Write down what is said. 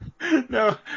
No